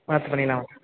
பார்த்து பண்ணிடல்லாம்